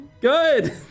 Good